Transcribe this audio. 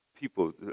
people